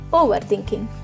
overthinking